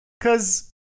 Cause